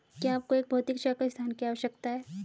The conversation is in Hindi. क्या आपको एक भौतिक शाखा स्थान की आवश्यकता है?